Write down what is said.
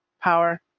power